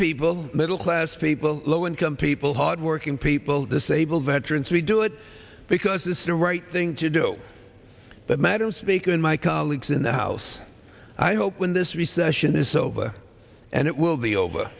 people middle class people low income people hardworking people disabled veterans we do it because it's the right thing to do that madam speaker and my colleagues in the house i hope when this recession is over and it will be over